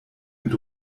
mit